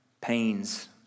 pains